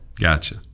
Gotcha